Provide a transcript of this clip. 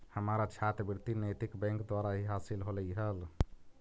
हमारा छात्रवृति नैतिक बैंक द्वारा ही हासिल होलई हल